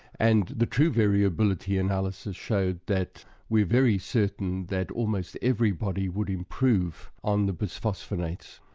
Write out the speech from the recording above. and the true variability analysis showed that we're very certain that almost everybody would improve on the bisphosphonates,